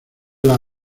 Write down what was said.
las